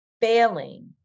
failing